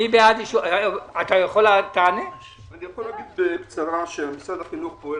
אני יכול להגיד בקצרה שמשרד החינוך פועל